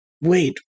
wait